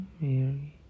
Mary